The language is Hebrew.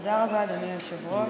תודה רבה, אדוני היושב-ראש,